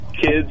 kids